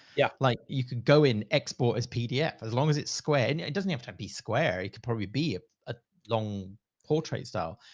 yeah, like you could go in export as pdf, as long as it's square. it doesn't have to be square. it could probably be a ah long portrait style,